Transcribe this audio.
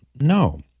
No